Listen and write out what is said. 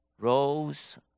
rose